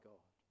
God